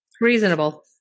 reasonable